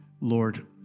Lord